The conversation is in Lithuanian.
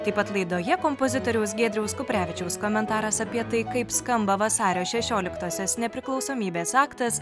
taip pat laidoje kompozitoriaus giedriaus kuprevičiaus komentaras apie tai kaip skamba vasario šešioliktosios nepriklausomybės aktas